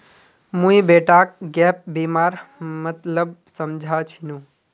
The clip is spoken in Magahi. मुई बेटाक गैप बीमार मतलब समझा छिनु